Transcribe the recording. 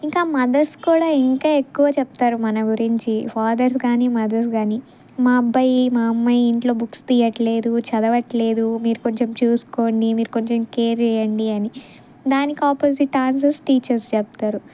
ఇంకా మదర్స్ కూడా ఇంకా ఎక్కువ చెప్తారు మన గురించి ఫాదర్స్ కానీ మదర్స్ కానీ మా అబ్బాయి మా అమ్మాయి ఇంట్లో బుక్స్ తీయట్లేదు చదవట్లేదు మీరు కొంచెం చూసుకోండి మీరు కొంచెం కేర్ చేయండి అని దానికి ఆపోజిట్ ఆన్సర్స్ టీచర్స్ చెప్తారు